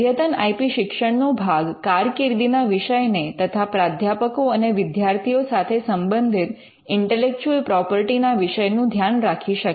અદ્યતન I P શિક્ષણનો ભાગ કારકિર્દીના વિષયને તથા પ્રાધ્યાપકો અને વિદ્યાર્થીઓ સાથે સંબંધિત ઇન્ટેલેક્ચુઅલ પ્રોપર્ટી ના વિષય નું ધ્યાન રાખી શકે